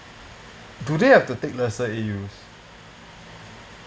do they have to take lesser A_Us